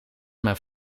mijn